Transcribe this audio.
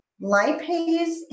Lipase